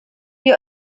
die